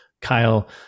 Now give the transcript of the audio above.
Kyle